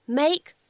make